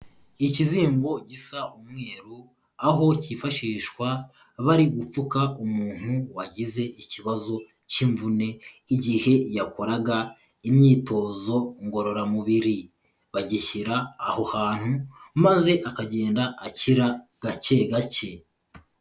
Ikizingo gisa umweru aho cyifashishwa bari gupfuka umuntu wagize ikibazo cy'imvune, igihe yakoraga imyitozo ngororamubiri, bagishyira aho hantu maze akagenda akira gake gake.